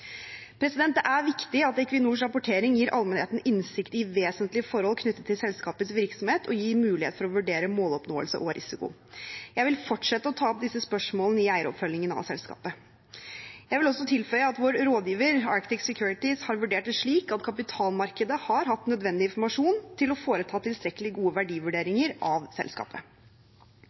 Det er viktig at Equinors rapportering gir allmennheten innsikt i vesentlige forhold knyttet til selskapets virksomhet og gir mulighet for å vurdere måloppnåelse og risiko. Jeg vil fortsette å ta opp disse spørsmålene i eieroppfølgingen av selskapet. Jeg vil også tilføye at vår rådgiver, Arctic Securities, har vurdert det slik at kapitalmarkedet har hatt nødvendig informasjon til å foreta tilstrekkelig gode verdivurderinger av selskapet.